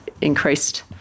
increased